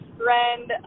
friend